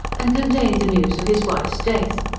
and contained the news of his wife's death.